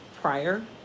prior